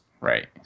Right